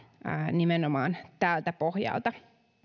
nimenomaan tältä pohjalta